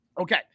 Okay